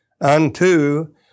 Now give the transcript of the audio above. unto